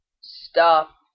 stop